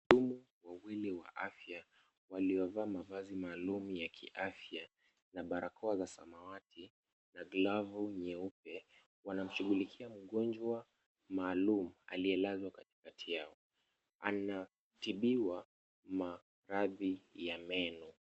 Wahudumu wawili wa afya waliovaa mavazi maalum ya kiafya na barakoa za samawati na glavu nyeupe wanamshughulikia mgonjwa maalum aliyelazwa katikati yao. Anatibiwa maradhi ya meno.